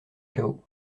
cao